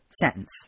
sentence